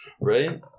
Right